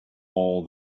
all